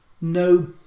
no